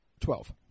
twelve